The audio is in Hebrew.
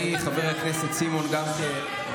אני אצטרף לחברי חבר הכנסת סימון דוידסון גם כן.